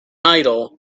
idol